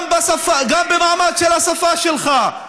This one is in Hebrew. גם במעמד של השפה שלך,